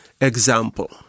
example